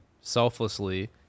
selflessly